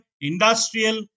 industrial